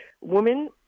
Women